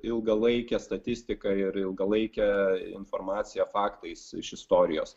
ilgalaike statistika ir ilgalaike informacija faktais iš istorijos